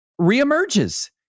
reemerges